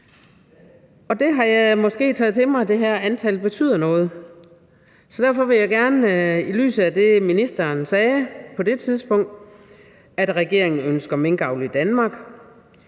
Og det har jeg måske taget til mig, altså det her med, at antallet betyder noget. Så derfor vil jeg gerne i lyset af det, ministeren sagde på det tidspunkt – altså at regeringen ønsker minkavl i Danmark